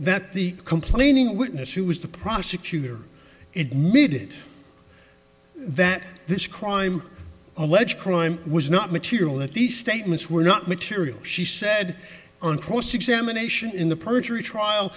that the complaining witness who was the prosecutor in mid that this crime alleged crime was not material if these statements were not material she said on cross examination in the perjury trial